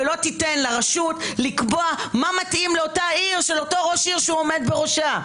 ולא תיתן לרשות לקבוע מה מתאים לאותה עיר של אותו ראש עיר שעומד בראשה.